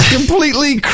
Completely